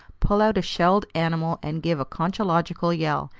pull out a shelled animal, and give a conchological yell,